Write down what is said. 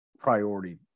priority